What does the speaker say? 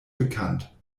bekannt